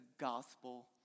gospel